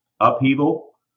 upheaval